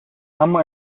اما